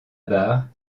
barre